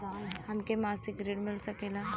हमके मासिक ऋण मिल सकेला?